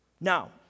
Now